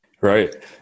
Right